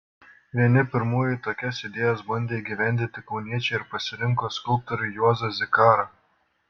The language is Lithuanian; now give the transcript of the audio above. vieni pirmųjų tokias idėjas bandė įgyvendinti kauniečiai ir pasirinko skulptorių juozą zikarą